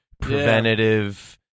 preventative